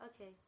Okay